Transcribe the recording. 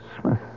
Smith